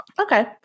Okay